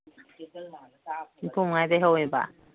ꯅꯤꯝꯐꯨ ꯃꯉꯥꯗꯩ ꯍꯧꯋꯦꯕ